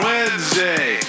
Wednesday